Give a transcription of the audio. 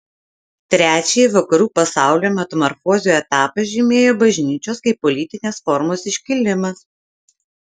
trečiąjį vakarų pasaulio metamorfozių etapą žymėjo bažnyčios kaip politinės formos iškilimas